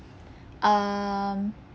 um